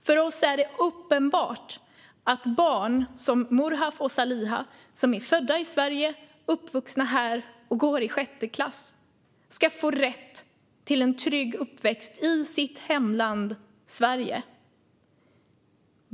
För oss är det uppenbart att barn som Murhaf och Saliha, som är födda i Sverige, som är uppvuxna här och som går i sjätte klass ska få rätt till en trygg uppväxt i sitt hemland Sverige.